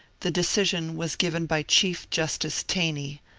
the decision was given by chief justice taney,